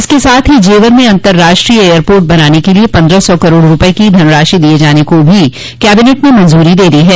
इसके साथ ही जेवर में अतंर्राष्ट्रीय एयरपोर्ट के लिये पन्द्रह सौ करोड़ रूपये की धनराशि दिये जाने को भी कैबिनेट ने मंजूरी दे दी है